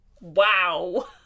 Wow